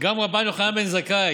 גם רבן יוחנן בן זכאי,